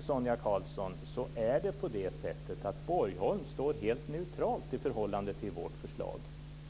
Sonia Karlsson, det är på det sättet att Borgholm står helt neutralt i förhållande till vårt förslag.